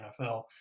NFL